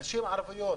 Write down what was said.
נשים ערביות